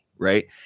Right